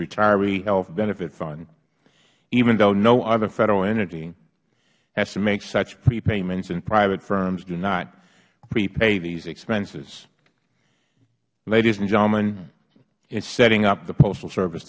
retiree health benefit fund even though no other federal entity has to make such prepayments and private firms do not prepay these expenses ladies and gentlemen it is setting up the postal service